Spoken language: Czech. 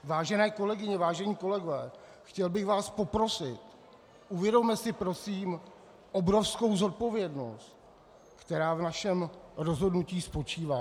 Vážené kolegyně, vážení kolegové, chtěl bych vás poprosit, uvědomme si prosím obrovskou odpovědnost, která v našem rozhodnutí spočívá.